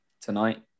tonight